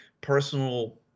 personal